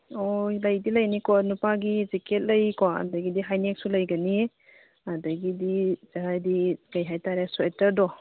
ꯑꯣ ꯂꯩꯗꯤ ꯂꯩꯅꯤꯀꯣ ꯅꯨꯄꯥꯒꯤ ꯖꯦꯀꯦꯠ ꯂꯩꯀꯣ ꯑꯗꯒꯤꯗꯤ ꯍꯥꯏꯅꯦꯛꯁꯨ ꯂꯩꯒꯅꯤ ꯑꯗꯒꯤꯗꯤ ꯑꯥ ꯍꯥꯏꯗꯤ ꯀꯔꯤ ꯍꯥꯏꯇꯔꯦ ꯁ꯭ꯋꯦꯇꯔꯗꯣ